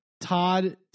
Todd